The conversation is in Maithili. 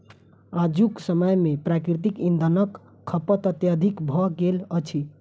आजुक समय मे प्राकृतिक इंधनक खपत अत्यधिक भ गेल अछि